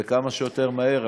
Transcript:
וכמה שיותר מהר,